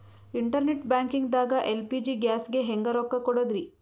Internet banking ದಾಗ LPG ಗ್ಯಾಸ್ಗೆ ಹೆಂಗ್ ರೊಕ್ಕ ಕೊಡದ್ರಿ?